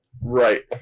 Right